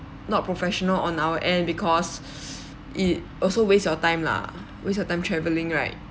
not professional on our end because it also waste your time lah waste your time travelling right